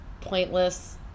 pointless